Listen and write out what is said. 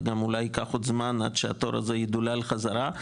וגם אולי ייקח עוד זמן עד שהתור הזה ידולל חזרה,